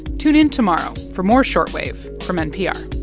tune in tomorrow for more short wave from npr